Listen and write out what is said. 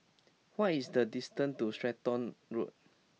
what is the distance to Stratton Road